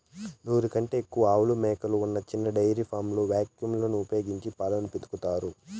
నూరు కంటే ఎక్కువ ఆవులు, మేకలు ఉన్న చిన్న డెయిరీ ఫామ్లలో వాక్యూమ్ లను ఉపయోగించి పాలను పితుకుతారు